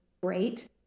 great